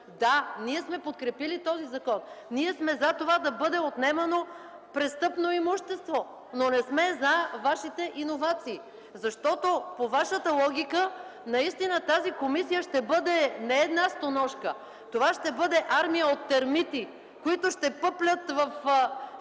Да, ние сме подкрепили този закон. Ние сме „за” това да бъде отнемано престъпно имущество, но не сме „за” Вашите иновации. По Вашата логика наистина тази комисия ще бъде не стоножка, това ще бъде армия от термити, които ще пъплят във всеки